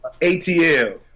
ATL